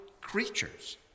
creatures